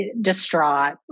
distraught